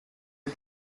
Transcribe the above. est